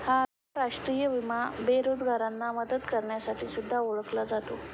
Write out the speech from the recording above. हा राष्ट्रीय विमा बेरोजगारांना मदत करण्यासाठी सुद्धा ओळखला जातो